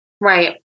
Right